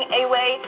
away